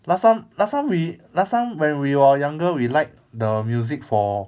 last time last time we last time when we were younger we liked the music for